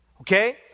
okay